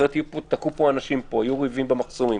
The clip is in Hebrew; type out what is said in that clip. אחרת יתקעו פה אנשים ויהיו ריבים במחסומים.